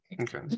Okay